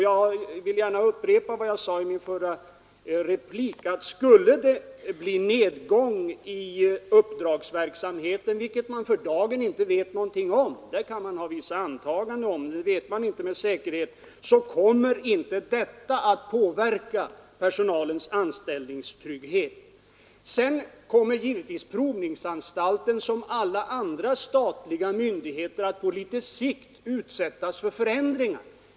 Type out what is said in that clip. Jag upprepar vad jag sade i min förra replik: Skulle det bli nedgång i uppdragsverksamheten — vilket man för dagen inte vet något om; man kan ha vissa antaganden, men man vet inte med säkerhet — så kommer inte detta att påverka personalens anställningstrygghet. Provningsanstalten kommer givetvis, som alla andra statliga myndigheter, att på litet sikt utsättas för förändringar.